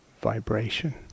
vibration